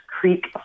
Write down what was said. Creek